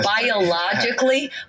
biologically